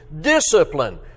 discipline